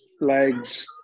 legs